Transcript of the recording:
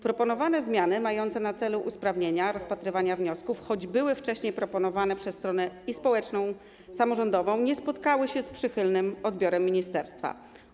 Proponowane zmiany mające na celu usprawnienie rozpatrywania wniosków, choć były wcześniej przedstawione i przez stronę społeczną, i przez stronę samorządową, nie spotkały się z przychylnym odbiorem ministerstwa.